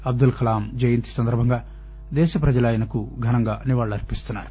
అబ్దుల్ కలాం జయంతి సందర్బంగా దేశ ప్రజలు ఆయనకు ఘనంగా నివాళులర్పిస్తున్నారు